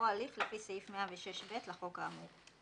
או הליך לפי סעיף 106(ב) לחוק האמור.